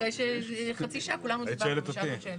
אחרי שחצי שעה כולנו דיברנו ושאלנו שאלות.